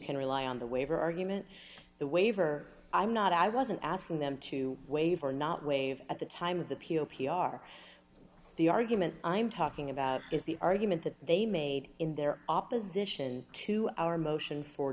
can rely on the waiver argument the waiver i'm not i wasn't asking them to waive or not waive at the time of the p o p are the argument i'm talking about is the argument that they made in their opposition to our motion for